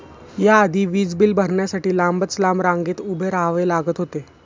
या आधी वीज बिल भरण्यासाठी लांबच लांब रांगेत उभे राहावे लागत होते